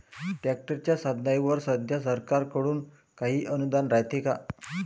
ट्रॅक्टरच्या साधनाईवर सध्या सरकार कडून काही अनुदान रायते का?